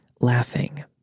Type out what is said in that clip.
laughing